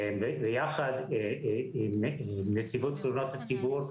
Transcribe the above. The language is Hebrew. ביחד עם נציבות תלונות הציבור,